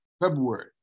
February